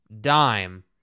dime